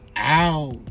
Out